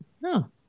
no